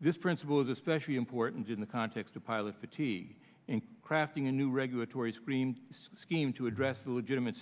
this principle is especially important in the context of pilot fatigue in crafting a new regulatory screen scheme to address a legitimate